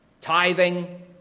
tithing